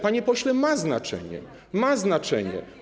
Panie pośle, ma znaczenie, ma znaczenie.